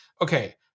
okay